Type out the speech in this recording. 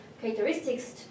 characteristics